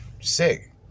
sick